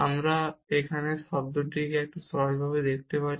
আমরা এখানে এই টার্মটিকে একটু সহজ করতে পারি